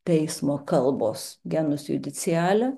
teismo kalbos genus judiciale